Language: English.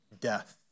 death